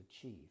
achieve